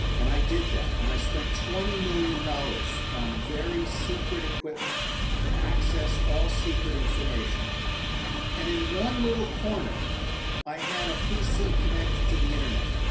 and i did that and i spent twenty million dollars on very secret equipment to access all secret information and in one little corner i had a pc connected to the internet